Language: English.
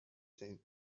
said